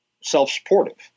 self-supportive